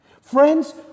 Friends